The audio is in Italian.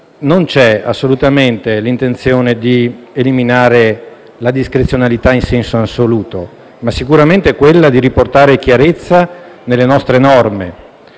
non c'è assolutamente l'intenzione di eliminare la discrezionalità in senso assoluto, c'è però, sicuramente, la volontà di riportare chiarezza nelle nostre norme.